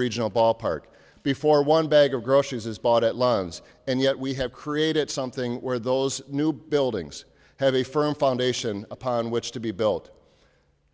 regional ballpark before one bag of groceries is bought at lund's and yet we have created something where those new buildings have a firm foundation upon which to be built